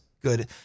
good